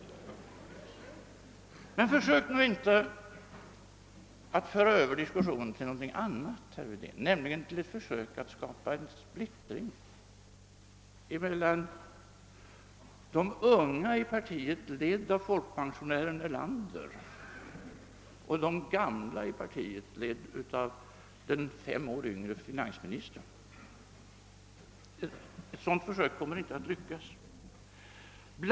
Men försök nu inte föra över diskussionen till någonting annat, herr Wedén! Försök inte se en splittring mellan de unga i partiet, ledda av folkpen sionären Erlander, och de gamla i partiet, ledda av den sex år yngre finansministern! Ett sådant försök kommer inte att lyckas.